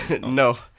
No